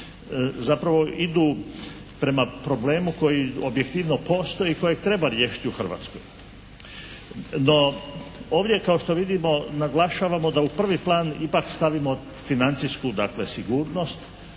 zapravo idu prema problemu koji objektivno postoji i kojeg treba riješiti u Hrvatskoj. No, ovdje kao što vidimo naglašavamo da u prvi plan ipak stavimo financijsku dakle sigurnost,